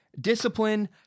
discipline